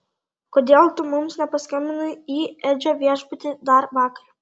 kodėl tu mums nepaskambinai į edžio viešbutį dar vakar